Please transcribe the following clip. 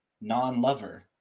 Non-lover